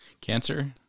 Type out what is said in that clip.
Cancer